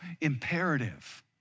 imperative